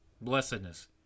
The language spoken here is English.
blessedness